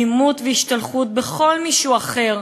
אלימות והשתלחות בכל מי שהוא אחר